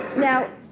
now